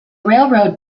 railroad